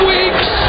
Weeks